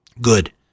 Good